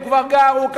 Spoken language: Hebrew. הוא גר.